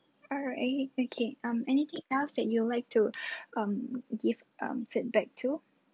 alright okay um anything else that you would like to give feedback to